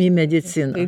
į mediciną